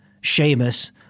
Sheamus